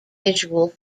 visual